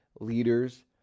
leaders